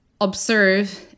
observe